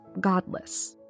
godless